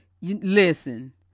Listen